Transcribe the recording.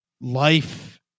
life